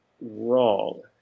wrong